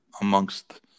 amongst